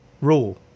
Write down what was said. rule